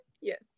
Yes